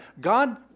God